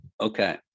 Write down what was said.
Okay